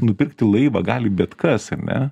nupirkti laivą gali bet kas ar ne